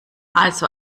also